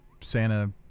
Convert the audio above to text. Santa